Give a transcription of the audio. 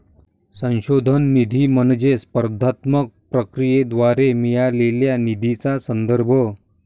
संशोधन निधी म्हणजे स्पर्धात्मक प्रक्रियेद्वारे मिळालेल्या निधीचा संदर्भ